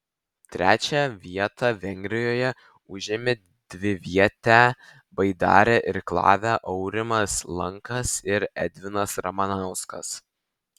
trečią vietą vengrijoje užėmė dvivietę baidarę irklavę aurimas lankas ir edvinas ramanauskas